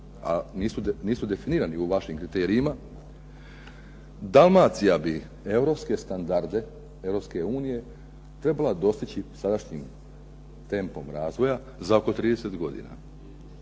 a nisu definirani vašim kriterijima, Dalmacija bi europske standarde Europske unije trebala dostići sa sadašnjim tempom razvoja za oko 30 godina.